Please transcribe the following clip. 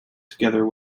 together